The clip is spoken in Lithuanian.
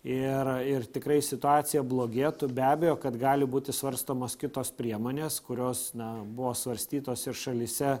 ir ir tikrai situacija blogėtų be abejo kad gali būti svarstomos kitos priemonės kurios na buvo svarstytos ir šalyse